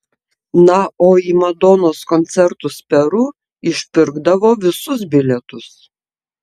na o į madonos koncertus peru išpirkdavo visus bilietus